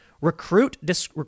Recruit